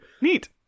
Neat